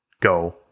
go